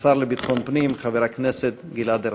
השר לביטחון הפנים חבר הכנסת גלעד ארדן.